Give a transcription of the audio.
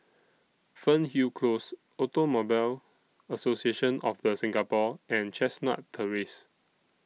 Fernhill Close Automobile Association of The Singapore and Chestnut Terrace